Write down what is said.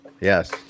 Yes